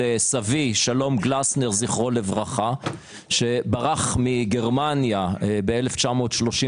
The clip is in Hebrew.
סבי שלום גלסנר ז"ל שברח מגרמניה ב-1933,